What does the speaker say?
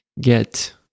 get